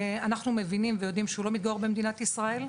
אנחנו מבינים ויודעים שהוא לא מתגורר במדינת ישראל.